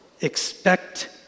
Expect